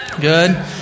Good